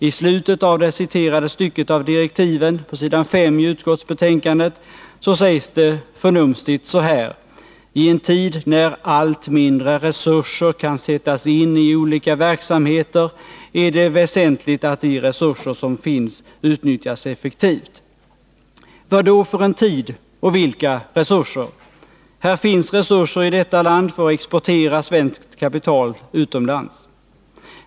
I slutet av det citerade stycket av direktiven, på s. 5 i utskottsbetänkandet, sägs det förnumstigt så här: ”I en tid när allt mindre resurser kan sättas in i olika verksamheter är det väsentligt att de resurser som finns utnyttjas effektivt.” Vad då för en tid och vilka resurser? Det finns resurser i detta land för att exportera svenskt kapital utomlands.